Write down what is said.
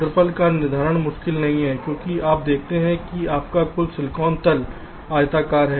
क्षेत्र का निर्धारण मुश्किल नहीं है क्योंकि आप देखते हैं कि आपका कुल सिलिकॉन तल आयताकार है